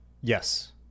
yes